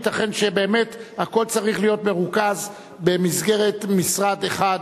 ייתכן שבאמת הכול צריך להיות מרוכז במסגרת משרד אחד,